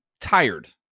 tired